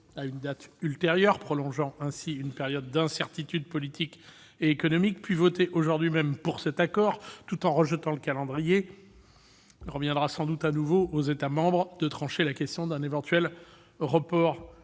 une date ultérieure, prolongeant ainsi une période d'incertitude politique et économique, puis voté aujourd'hui même pour cet accord, tout en rejetant le calendrier. Il reviendra sans doute de nouveau aux États membres de trancher la question d'un éventuel report